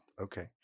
Okay